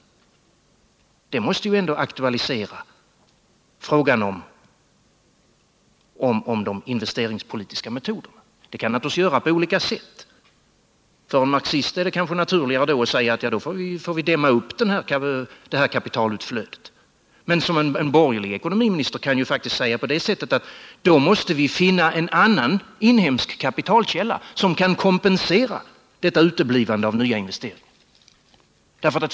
Det måste väl ändå aktualisera en diskussior om de investeringspolitiska metoderna. Det kan det naturligtvis göra på olika sätt. För en marxist är det kanske naturligast att säga att vi får dimma upp detta kapitalutflöde. Men en borgerlig ekonomiminister bör faktiskt kunna säga: Vi måste finna en annan inhemsk kapitalkälla, som kan kompensera detta uteblivande i nyinvesteringar.